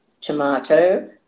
tomato